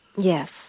Yes